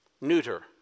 Neuter